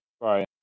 Right